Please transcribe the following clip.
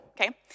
okay